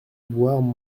boire